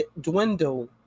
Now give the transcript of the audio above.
dwindle